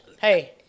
Hey